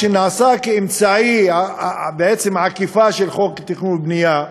שנעשתה בעצם כאמצעי עקיפה של חוק התכנון והבנייה,